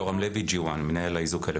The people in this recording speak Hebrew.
יורם לוי G1 מנהל האיזוק האלקטרוני.